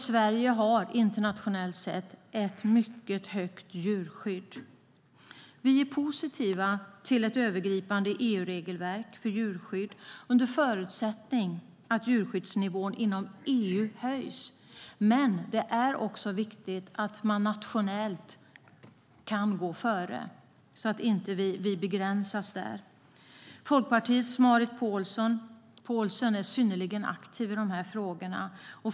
Sverige har internationellt sett ett mycket omfattande djurskydd. Vi är positiva till ett övergripande EU-regelverk för djurskydd under förutsättning att djurskyddsnivån inom EU höjs. Men det är också viktigt att man nationellt kan gå före, så att vi inte begränsas. Folkpartiets Marit Paulsen är synnerligen aktiv i dessa frågor.